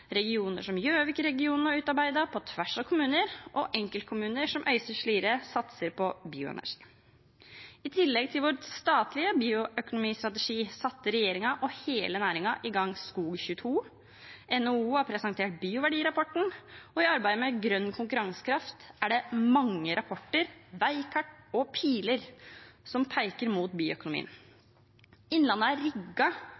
regioner som Gjøvik-regionen har utarbeidet det på tvers av kommuner, og enkeltkommuner som Øystre Slidre satser på bioenergi. I tillegg til vår statlige bioøkonomistrategi satte regjeringen og hele næringen i gang SKOG 22, NHO har presentert bioverdirapporten «Mot bioøkonomien», og i arbeidet med grønn konkurransekraft er det mange rapporter, veikart og piler som peker mot